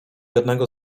jednego